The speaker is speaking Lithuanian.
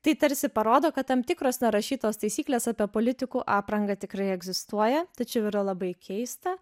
tai tarsi parodo kad tam tikros nerašytos taisyklės apie politikų aprangą tikrai egzistuoja tačiau yra labai keista